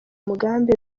mugambi